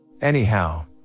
Anyhow